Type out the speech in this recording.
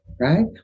Right